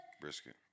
Brisket